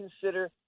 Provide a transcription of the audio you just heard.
consider